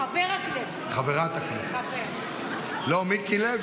לא, מיקי לוי.